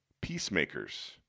Peacemakers